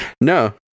No